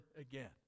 again